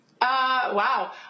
Wow